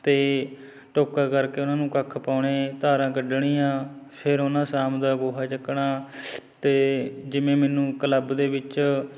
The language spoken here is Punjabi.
ਅਤੇ ਟੋਕਾ ਕਰਕੇ ਉਹਨਾਂ ਨੂੰ ਕੱਖ ਪਾਉਣੇ ਧਾਰਾਂ ਕੱਢਣੀਆਂ ਫਿਰ ਉਹਨਾਂ ਸ਼ਾਮ ਦਾ ਗੋਹਾ ਚੱਕਣਾ ਅਤੇ ਜਿਵੇਂ ਮੈਨੂੰ ਕਲੱਬ ਦੇ ਵਿੱਚ